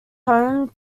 home